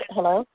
Hello